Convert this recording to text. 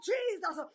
Jesus